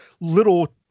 little